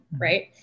right